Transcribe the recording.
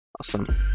Awesome